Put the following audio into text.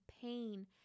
pain